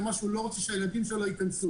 ומה שהוא לא רוצה שהילדים שלו ייכנסו אליו.